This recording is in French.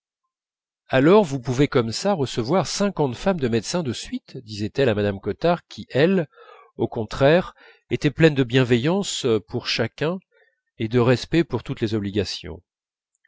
alors vous pouvez comme ça recevoir cinquante femmes de médecins de suite disait-elle à mme cottard qui elle au contraire était pleine de bienveillance pour chacun et de respect pour toutes les obligations